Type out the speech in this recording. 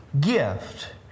gift